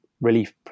relief